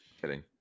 Kidding